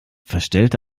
verstellte